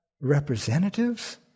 representatives